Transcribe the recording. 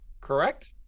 correct